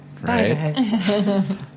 right